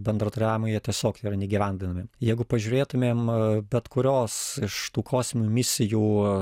bendradarbiavimo jie tiesiog yra neįgyvendinami jeigu pažiūrėtumėm bet kurios iš tų kosminių misijų